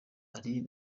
ari